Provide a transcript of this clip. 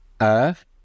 earth